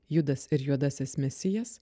judas ir juodasis mesijas